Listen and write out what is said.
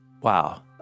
wow